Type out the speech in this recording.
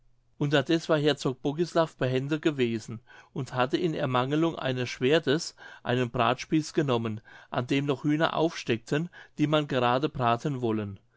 unterdeß war herzog bogislav behende gewesen und hatte in ermangelung eines schwertes einen bratspieß genommen an dem noch hühner aufsteckten die man gerade braten wollen